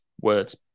words